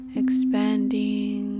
expanding